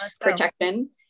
protection